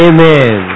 Amen